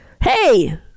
hey